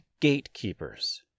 gatekeepers